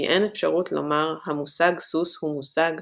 כי אין אפשרות לומר "המושג סוס הוא מושג",